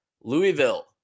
Louisville